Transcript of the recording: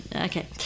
Okay